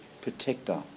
protector